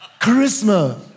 charisma